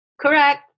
Correct